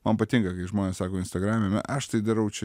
man patinka kai žmonės sako instagrame aš tai darau čia